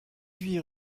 huit